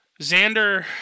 Xander